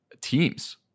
teams